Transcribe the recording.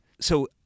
So-